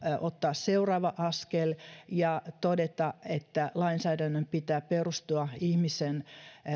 ottaa seuraava askel ja todeta että lainsäädännön pitää perustua ihmisen